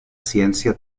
ciència